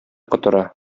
котыра